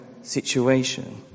situation